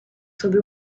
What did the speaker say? sobre